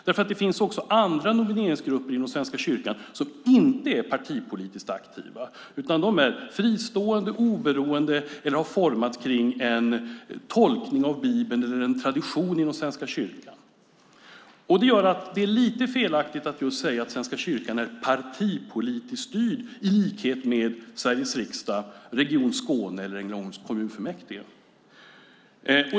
Det finns nämligen andra nomineringsgrupper inom Svenska kyrkan, sådana som inte är partipolitiskt aktiva utan fristående, oberoende eller har formats kring en tolkning av Bibeln eller en tradition inom Svenska kyrkan. Det gör att det är lite felaktigt att säga att Svenska kyrkan är partipolitiskt styrd i likhet med Sveriges riksdag, Region Skåne och Ängelholms kommunfullmäktige.